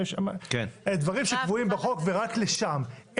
דברים שקבועים בחוק, ורק לשם.